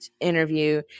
interview